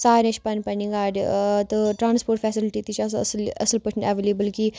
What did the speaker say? سارنے چھِ پنٛنہِ پنٛنہِ گاڑِ تہٕ ٹرٛانَسپوٹ فیسَلٹی تہِ چھَس اَصٕل اَصٕل پٲٹھۍ اٮ۪ولیبٕل کہِ